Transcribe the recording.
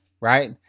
right